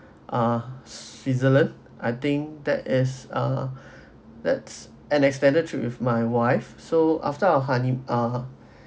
ah switzerland I think that as ah that's an extended trip with my wife so after our honey uh